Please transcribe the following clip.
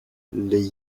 les